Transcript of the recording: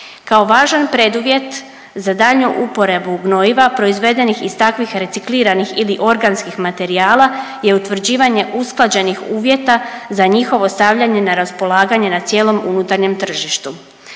Kao važan preduvjet za daljnju uporabu gnojiva proizvedenih iz takvih recikliranih ili organskih materijala je utvrđivanje usklađenih uvjeta za njihovo stavljanje na raspolaganje na cijelom unutarnjem tržištu.